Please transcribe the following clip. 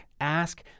Ask